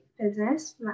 business